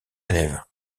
élève